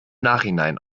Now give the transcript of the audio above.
nachhinein